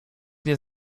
nie